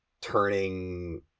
turning